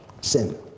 sin